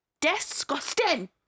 disgusting